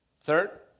Third